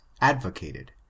advocated